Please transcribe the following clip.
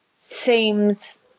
seems